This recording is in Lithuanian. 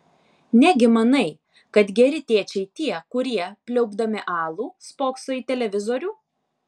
negi manai kad geri tėčiai tie kurie pliaupdami alų spokso į televizorių